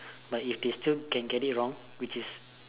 but if they still can get it wrong which is